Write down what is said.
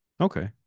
okay